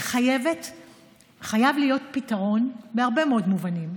חייב להיות פתרון בהרבה מאוד מובנים,